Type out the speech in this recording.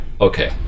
okay